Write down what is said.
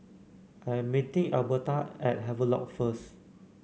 I am meeting Elberta at Havelock first